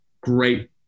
great